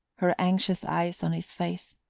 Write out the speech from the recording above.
her anxious eyes on his face.